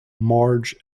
marge